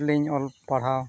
ᱞᱤᱧ ᱚᱞᱯᱟᱲᱦᱟᱣ